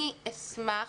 אני אשמח,